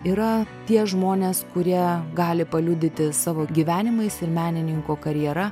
yra tie žmonės kurie gali paliudyti savo gyvenimais ir menininko karjera